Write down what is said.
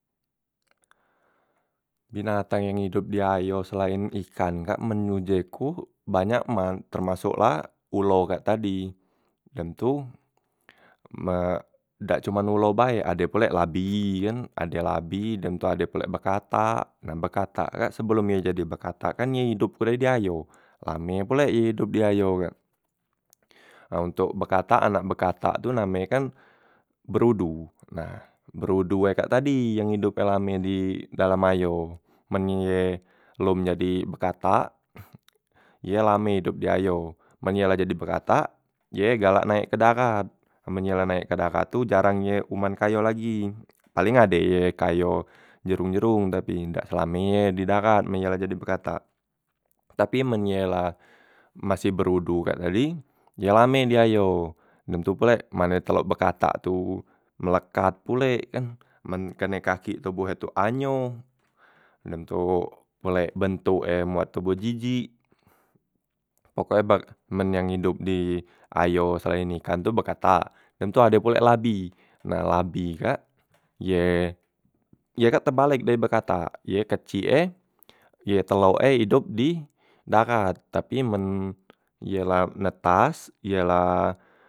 Binatang yang idop di ayo selaen ikan kak men uje ku banyak mang, termasok la ulo kak tadi, dem tu me dak cuman ulo bae ade pulek labi kan ade labi dem tu ade pulek bekatak. Nah bekatak kak sebelom ye jadi bekatak kan ye idop pule di ayo, lame pule ye kak idop di ayo kak. Nah ontok bekatak anak bekatak tu name ye kan berodo, nah berodo e kak tadi yang idop e lame di dalam ayo, men ye lom jadi bekatak ye lame idop di ayo, men ye la dem jadi bekatak ye galak naek ke darat, amen la naek ke darat tu jarang ye uman ke ayo lagi, paleng ade ye ke ayo jerung- jerung tapi ndak selamenye di darat men ye la jadi bekatak, tapi men ye la masih berodo kak tadi, die lame ye di ayo. Dem tu pulek mane telok bekatak tu melekat pulek kan, men kenek kakik tu tobohnyo tu anyo, dem tu pulek bentuk e muat tu jijik. Pokoke ba men la idop di ayo selaen ikan tu bekatak, dem tu ado pulek labi, nah labi kak ye ye kak tebalek dari bekatak ye kecik e ye telok e idop di darat, tapi men ye la netas ye la.